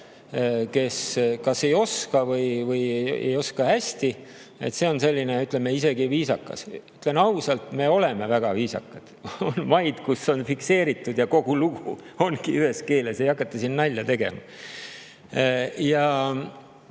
kes kas ei oska või ei oska hästi. See on, ütleme, isegi viisakas. Ütlen ausalt, me oleme väga viisakad. On maid, kus on fikseeritud ja kogu lugu, on ühes keeles, ei hakata siin nalja tegema.